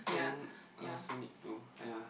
then I also need to !aiya!